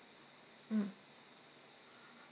mm